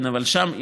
שם,